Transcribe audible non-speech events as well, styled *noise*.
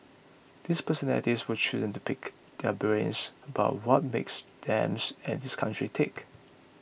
these personalities were chosen to pick their brains about what makes them *unintelligible* and this country tick